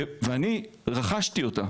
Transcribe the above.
ואני רכשתי אותה